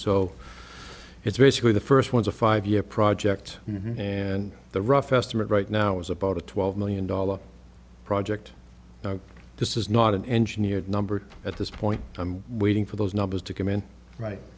so it's basically the first one's a five year project and the rough estimate right now is about a twelve million dollars project this is not an engineered number at this point i'm waiting for those numbers to come in